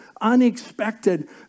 unexpected